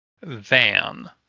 van